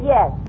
Yes